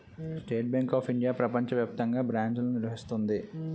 state Bank of India ప్రపంచ వ్యాప్తంగా బ్రాంచ్లను నిర్వహిస్తుంది